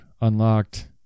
unlocked